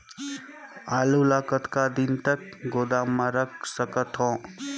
आलू ल कतका दिन तक गोदाम मे रख सकथ हों?